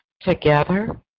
together